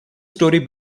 story